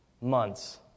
months